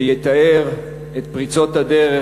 שיתאר את פריצות הדרך,